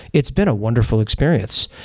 it's been a wonderful experience.